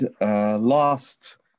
last